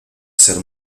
ser